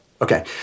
Okay